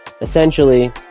Essentially